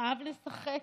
אהב לשחק